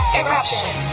eruption